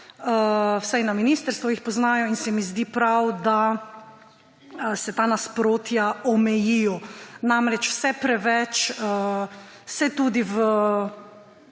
vsaj na ministrstvu jih poznajo. Zdi se mi prav, da se ta nasprotja omejijo. Namreč, vse preveč se tudi v